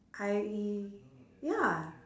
I ya